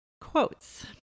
Quotes